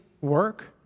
work